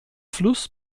fluss